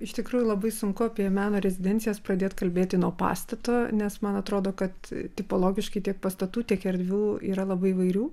iš tikrųjų labai sunku apie meno rezidencijas pradėt kalbėti nuo pastato nes man atrodo kad tipologiškai tiek pastatų tik erdvių yra labai įvairių